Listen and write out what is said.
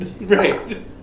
right